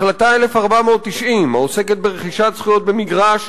החלטה 1490, העוסקת ברכישת זכויות במגרש